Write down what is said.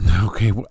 okay